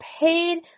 paid –